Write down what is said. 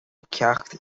ceacht